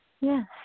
Yes